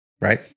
Right